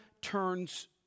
turns